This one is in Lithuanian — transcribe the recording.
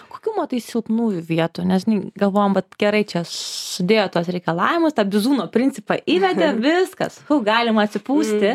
kokių matai silpnųjų vietų nes galvojam vat gerai čia sudėjo tuos reikalavimus bizūno principą įvedė viskas galim atsipūsti